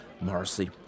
Morrissey